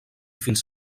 fins